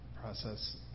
process